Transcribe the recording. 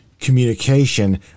communication